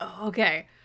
Okay